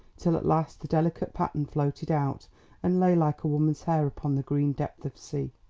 till at last the delicate pattern floated out and lay like a woman's hair upon the green depth of sea.